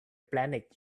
planet